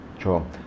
Sure